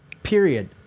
Period